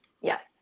Yes